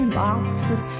boxes